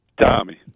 Tommy